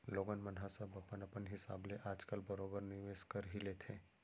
लोगन मन ह सब अपन अपन हिसाब ले आज काल बरोबर निवेस कर ही लेथे